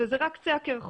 זה רק קצה הקרחון.